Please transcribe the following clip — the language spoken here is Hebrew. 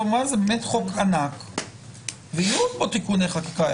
זה חוק ענק ועוד יהיו בו תיקוני חקיקה.